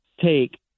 take